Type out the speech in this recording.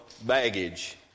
baggage